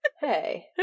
Hey